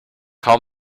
call